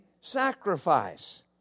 sacrifice